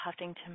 Huffington